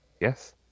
Yes